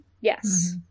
yes